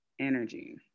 energy